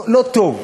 לא טוב.